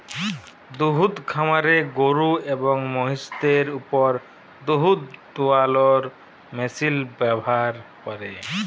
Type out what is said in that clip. দুহুদ খামারে গরু এবং মহিষদের উপর দুহুদ দুয়ালোর মেশিল ব্যাভার ক্যরে